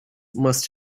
must